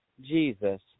Jesus